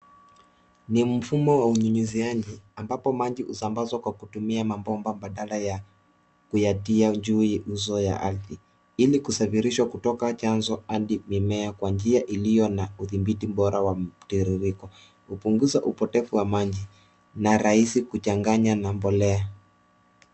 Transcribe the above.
Ni mfumo wa unyunyiziaji ambapo maji husambazwa kwa kutumia mabomba badala ya kuyatia juu uzo ya ardhi ili kusafirisha kutoka chanzo hadi mimea kwa njia iliyo na udhibiti bora wa mtiririko. Hupunguza upotevu wa maji na rahisi kuchanganya na mbolea.